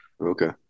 okay